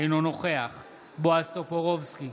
אינו נוכח בועז טופורובסקי,